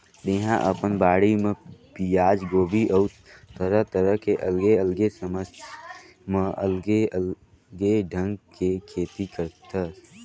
तेहा अपन बाड़ी म पियाज, गोभी अउ तरह तरह के अलगे अलगे समय म अलगे अलगे ढंग के खेती करथस